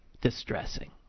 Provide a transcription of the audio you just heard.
distressing